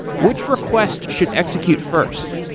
which request should execute first?